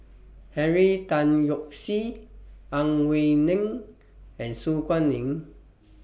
Henry Tan Yoke See Ang Wei Neng and Su Guaning